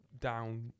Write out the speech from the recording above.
down